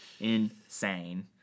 Insane